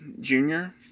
Junior